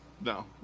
No